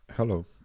Hello